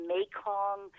Mekong